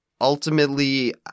ultimately